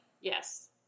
Yes